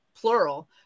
plural